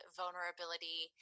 vulnerability